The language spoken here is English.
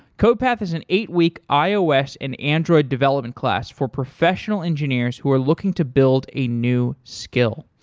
codepath is an eight week ios and android development class for professional engineers who are looking to build a new skill.